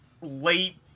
late